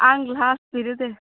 आं लास्ट बेनो दे